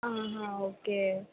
okay